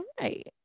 right